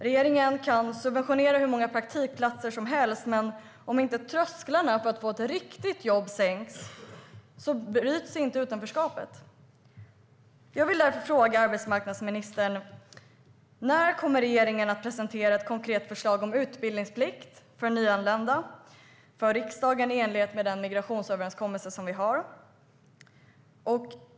Regeringen kan subventionera hur många praktikplatser som helst, men om inte trösklarna för att få ett riktigt jobb sänks bryts inte utanförskapet. Jag vill därför fråga arbetsmarknadsministern: När kommer regeringen att presentera ett konkret förslag för riksdagen om utbildningsplikt för nyanlända i enlighet med den migrationsöverenskommelse som vi har?